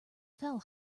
fell